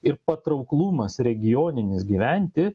ir patrauklumas regioninis gyventi